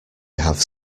have